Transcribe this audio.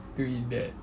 to eat that